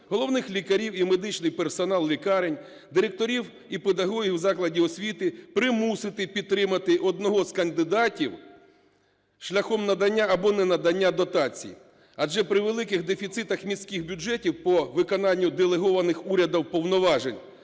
головних лікарів і медичний персонал лікарень, директорів і педагогів закладів освіти примусити підтримати одного з кандидатів шляхом надання або ненадання дотацій, адже при великих дефіцитах міських бюджетів по виконанню делегованих урядом повноважень